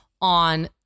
on